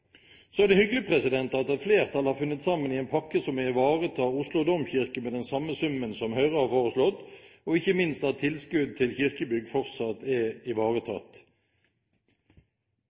Så er det hyggelig at et flertall har funnet sammen i en pakke som ivaretar Oslo domkirke med den samme summen som Høyre har foreslått, og ikke minst at tilskuddet til kirkebygg fortsatt er ivaretatt.